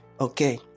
Okay